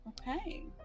Okay